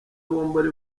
bombori